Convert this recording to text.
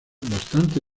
bastante